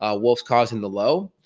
ah wolff's causing the low,